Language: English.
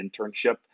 internship